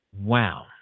Wow